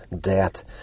debt